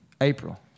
April